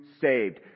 saved